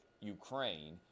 Ukraine